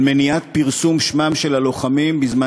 של מניעת פרסום שמם של הלוחמים בזמן